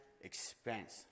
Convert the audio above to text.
expense